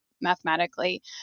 mathematically